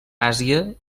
àsia